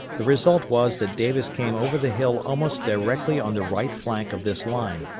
the result was that davis came over the hill almost directly on the right flank of this line,